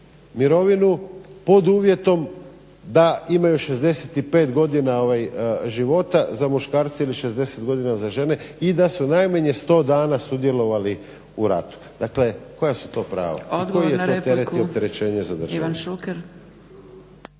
mirovinu pod uvjetom da imaju 65 godina života za muškarce ili 60 godina za žene i da su najmanje 100 dana sudjelovali u ratu. Dakle koja su to prava? … /Govornik